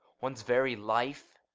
one's very life!